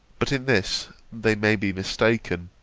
but in this they may be mistaken